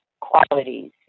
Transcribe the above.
qualities